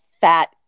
fat